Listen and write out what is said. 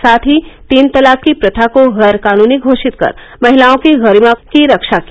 साथ ही तीन तलाक की प्रथा को गैरकाननी घोषित कर महिलाओं की गरिमा की रक्षा की